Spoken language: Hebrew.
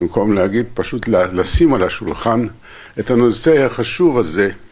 במקום להגיד, פשוט לשים על השולחן את הנושא החשוב הזה